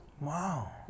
Wow